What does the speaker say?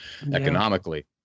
economically